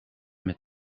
met